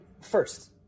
First